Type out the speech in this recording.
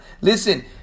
Listen